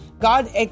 God